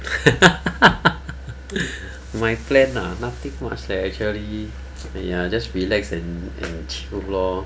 my plan lah nothing much leh actually ya just relax and and chill lor